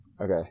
Okay